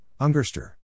Ungerster